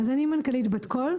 אני מנכ"לית בת קול.